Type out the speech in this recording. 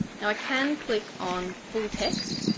now i can click on full text,